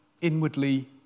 inwardly